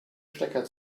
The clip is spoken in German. stecker